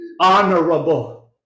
honorable